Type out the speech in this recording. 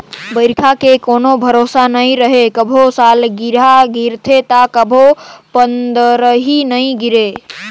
बइरखा के कोनो भरोसा नइ रहें, कभू सालगिरह गिरथे त कभू पंदरही नइ गिरे